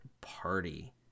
party